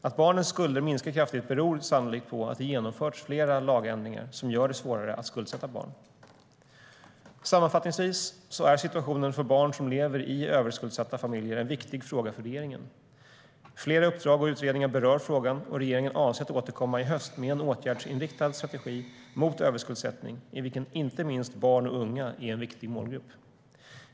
Att barnens skulder minskar kraftigt beror sannolikt på att det genomförts flera lagändringar som gör det svårare att skuldsätta barn. Sammanfattningsvis är situationen för barn som lever i överskuldsatta familjer en viktig fråga för regeringen. Flera uppdrag och utredningar berör frågan, och regeringen avser att återkomma i höst med en åtgärdsinriktad strategi mot överskuldsättning i vilken inte minst barn och unga är en viktig målgrupp.